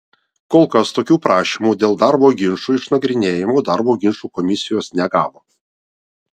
kol kas tokių prašymų dėl darbo ginčų išnagrinėjimo darbo ginčų komisijos negavo